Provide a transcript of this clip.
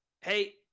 Hey